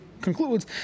concludes